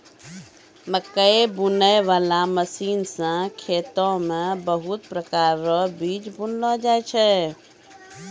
मकैइ बुनै बाला मशीन से खेत मे बहुत प्रकार रो बीज बुनलो जाय छै